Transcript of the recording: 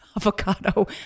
avocado